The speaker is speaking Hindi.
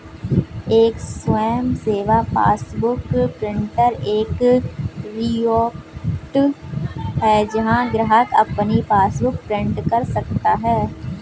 एक स्वयं सेवा पासबुक प्रिंटर एक कियोस्क है जहां ग्राहक अपनी पासबुक प्रिंट कर सकता है